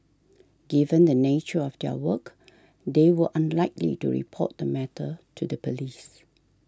given the nature of their work they were unlikely to report the matter to the police